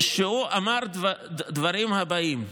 שאמר את הדברים הבאים,